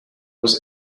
was